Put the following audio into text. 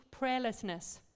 prayerlessness